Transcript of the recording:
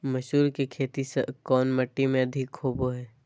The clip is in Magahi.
मसूर की खेती कौन मिट्टी में अधीक होबो हाय?